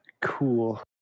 Cool